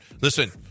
Listen